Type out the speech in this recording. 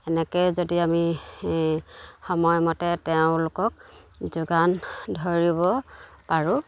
সেনেকৈ যদি আমি সময় মতে তেওঁলোকক যোগান ধৰিব পাৰোঁ